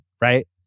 right